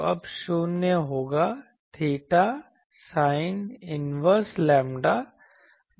तो अब शून्य होगा theta sin इनवरस लैम्ब्डा बटा b है